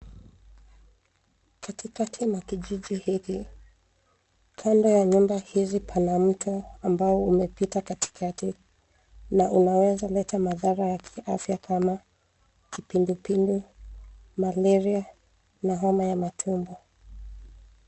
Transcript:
Katikati mwa kijiji hiki, kando ya nyumba hizi pana mto ambao umepita katikati na unaweza leta madhara ya afya kama kipindupindu, malaria na homa ya matumbo.